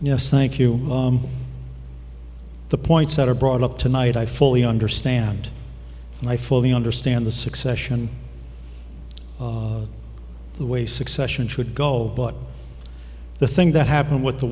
yes thank you the points that are brought up tonight i fully understand and i fully understand the succession the way succession should go but the thing that happened with the